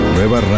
Nueva